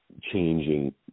changing